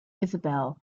isobel